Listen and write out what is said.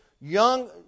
young